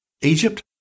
Egypt